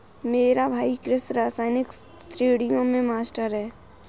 मेरा भाई कृषि रसायन श्रेणियों में मास्टर है